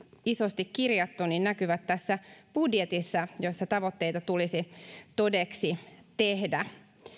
isosti kirjattu näkyvät tässä budjetissa jossa tavoitteita tulisi todeksi tehdä